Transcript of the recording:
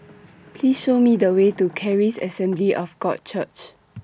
Please Show Me The Way to Charis Assembly of God Church